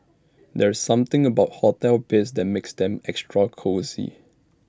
there's something about hotel beds that makes them extra cosy